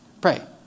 pray